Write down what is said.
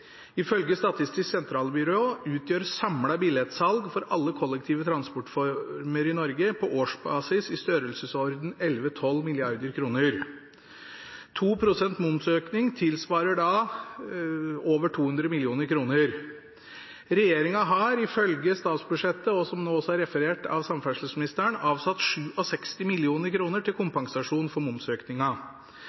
Ifølge Statistisk sentralbyrå utgjør samlet billettsalg for alle kollektive transportformer i Norge i størrelsesordenen 11–12 mrd. kr på årsbasis. 2 pst. momsøkning tilsvarer da over 200 mill. kr. Regjeringen har, ifølge statsbudsjettet som nå også er referert av samferdselsministeren, avsatt 67 mill. kr til kompensasjon for